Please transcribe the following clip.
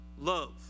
love